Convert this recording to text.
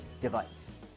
device